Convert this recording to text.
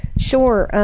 sure.